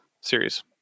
series